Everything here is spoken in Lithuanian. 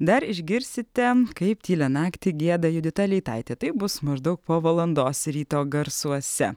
dar išgirsite kaip tylią naktį gieda judita leitaitė tai bus maždaug po valandos ryto garsuose